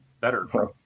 better